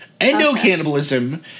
Endocannibalism